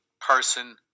person